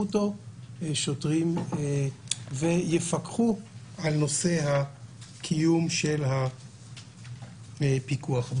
אותו שוטרים ויפקחו על נושא קיום הפיקוח.